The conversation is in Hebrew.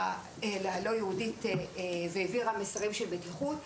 הלא יהודית בה העבירה מסרים של בטיחות,